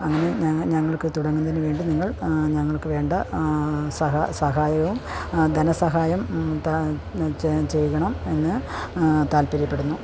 അങ്ങനെ ഞങ്ങൾ ഞങ്ങൾക്കു തുടങ്ങുന്നതിനു വേണ്ടി നിങ്ങൾ ഞങ്ങൾക്ക് വേണ്ട സഹായം സഹായവും ധനസഹായം ചെയ്യണം എന്ന് താൽപര്യപ്പെടുന്നു